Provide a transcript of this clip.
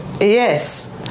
Yes